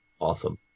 awesome